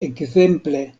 ekzemple